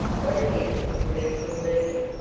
what it is that prevents me leaving?